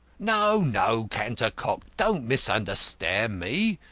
no, no, cantercot. don't misunderstand me.